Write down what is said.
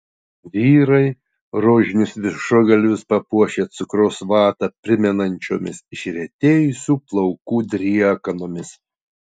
vyrai rožinius viršugalvius papuošę cukraus vatą primenančiomis išretėjusių plaukų driekanomis